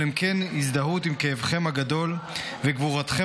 אבל הן כן הזדהות עם כאבכם הגדול וגבורתכם